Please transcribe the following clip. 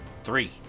Three